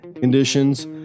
conditions